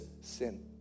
sin